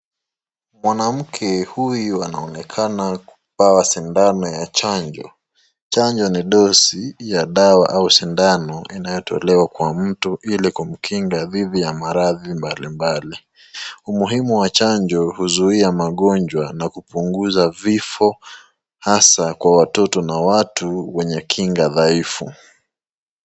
Mwanamke huyu anaonekana kupawa sindano ya chanjo. Chanjo ni dozi ya dawa au sindano inayotolewa kwa mtu ili kumkinga dhidi ya maradhi mbalimbali. Umuhumu wa chanjo huzuia magonjwa na kupunguza vifo hasa kwa watoto na watu wenye kinga dhaifu.